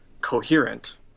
coherent